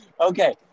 Okay